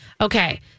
Okay